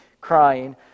crying